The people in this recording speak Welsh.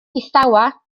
distawa